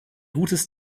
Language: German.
gutes